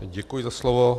Děkuji za slovo.